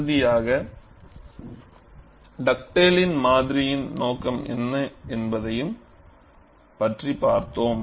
இறுதியாக டக்டேலின் மாதிரியின் நோக்கம் என்ன என்பதைப் பற்றியும் பார்த்தோம்